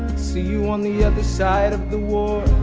see you on the other side of the.